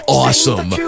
awesome